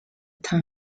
town